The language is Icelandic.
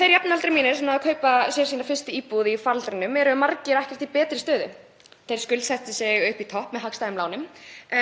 Þeir jafnaldrar mínir sem náðu að kaupa sér sína fyrstu íbúð í faraldrinum eru margir ekkert í betri stöðu. Þau skuldsettu sig upp í topp með hagstæðum lánum